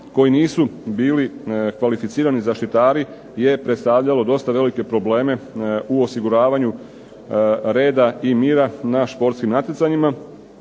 koji nisu bili kvalificirani zaštitari je predstavljalo dosta velike probleme u osiguravanju reda i mira na športskim natjecanjima.